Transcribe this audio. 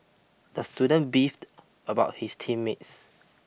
the student beefed about his team mates